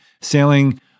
sailing